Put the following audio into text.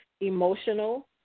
emotional